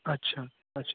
अच्छा अच्छा